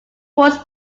force